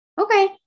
okay